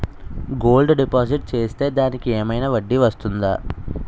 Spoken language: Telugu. గోల్డ్ డిపాజిట్ చేస్తే దానికి ఏమైనా వడ్డీ వస్తుందా?